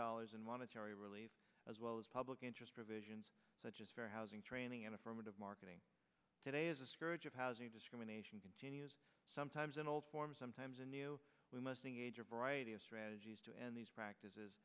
dollars in monetary relief as well as public interest provisions such as fair housing training and affirmative marketing today as a scourge of housing discrimination continues sometimes in old forms sometimes a new we must engage a variety of strategies to end these practices